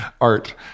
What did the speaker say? art